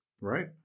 Right